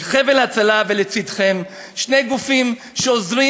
"חבל הצלה" ו"לצדכם" שני גופים שעוזרים